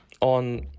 on